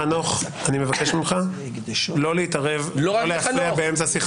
חנוך, אני מבקש ממך לא להתערב, לא להפריע באמצע.